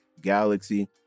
galaxy